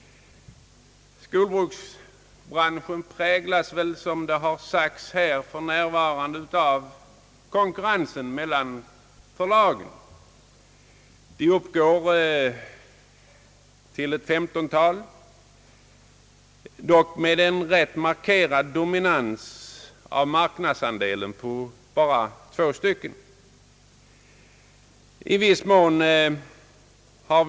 Skolboksbranschen präglas som det har sagts här för närvarande av konkurrens mellan förlagen. De uppgår till ett femtontal, dock med en rätt markerad dominans i fråga om marknadsandel för två förlag.